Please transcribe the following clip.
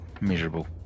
miserable